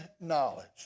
knowledge